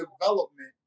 development